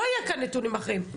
לא יהיה כאן נתונים אחרים.